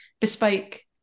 bespoke